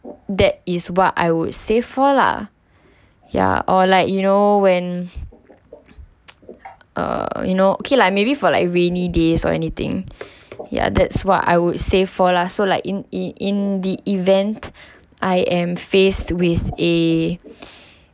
that is what I would save for lah ya or like you know when uh you know okay lah maybe for like rainy days or anything ya that's what I would save for lah so like in in the event I am faced with a